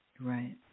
Right